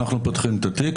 אנחנו פותחים את התיק,